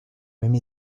même